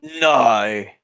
No